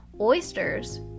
oysters